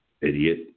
idiot